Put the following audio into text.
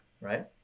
right